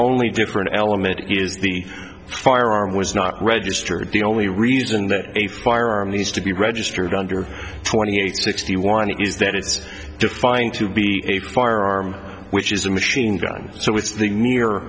only different element is the firearm was not registered the only reason that a firearm these to be registered under twenty eight sixty one is that it's defined to be a firearm which is a machine gun so it's